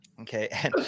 Okay